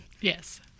Yes